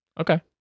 okay